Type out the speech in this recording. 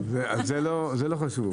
לא חשבו.